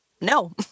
no